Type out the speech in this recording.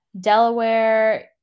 delaware